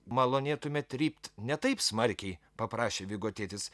malonėtumėt trypt ne taip smarkiai paprašė vigo tėtis